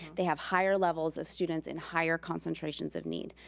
they have higher level of students in higher concentrations of need.